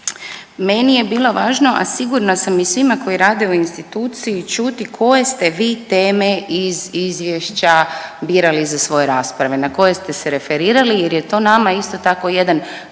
Meni je bilo važno, a sigurna sam i svima koji rade u instituciji čuti koje ste vi teme iz izvješća birali za svoje rasprave, na koje ste se referirali jer je to nama isto tako jedan